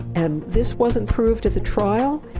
and this wasn't proved at the trial